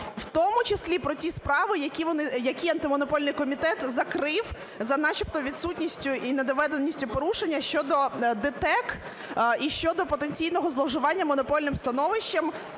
В тому числі про ті справи, які Антимонопольний комітет закрив за начебто відсутністю і недоведеністю порушення щодо ДТЕК і щодо потенційного зловживання монопольним становищем